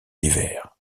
l’hiver